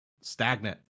stagnant